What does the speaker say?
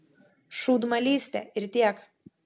šūdmalystė ir tiek